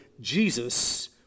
Jesus